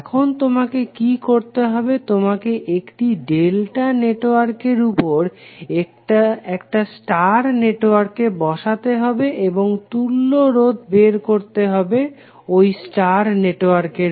এখন তোমাকে কি করতে হবে তোমাকে একটি ডেল্টা নেটওয়ার্কের উপর একটা স্টার নেটওয়ার্ককে বসাতে হবে এবং তুল্য রোধ বের করতে হবে ঐ স্টার নেটওয়ার্কের